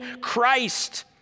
Christ